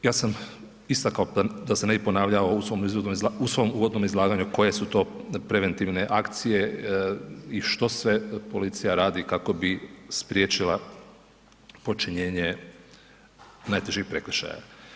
Ja sam istakao, da se ne bi ponavljao, u svom uvodnom izlaganju koje su to preventivne akcije i što sve policija radi kako bi spriječila počinjenje najtežih prekršaja.